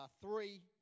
three